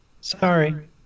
Sorry